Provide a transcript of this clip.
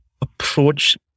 approach